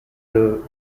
the